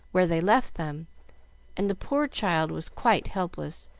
where they left them and the poor child was quite helpless,